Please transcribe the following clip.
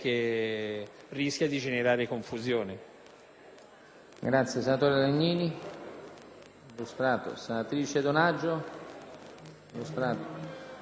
dal senatore Stradiotto